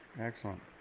Excellent